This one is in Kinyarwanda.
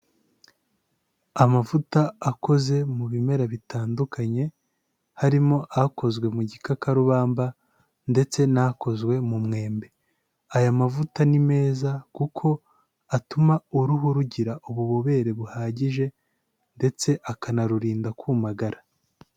Amavuta akoze mu bimera bitandukanye harimo ahakozwe mu gikakarubamba ndetse n'akozwe mu mwembe. Aya mavuta ni meza kuko atuma uruhu rugira ububobere buhagije ndetse akanarurinda kumagara.